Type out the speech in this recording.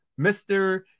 Mr